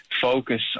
focus